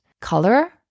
color